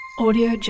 Audio